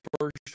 first